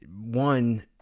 one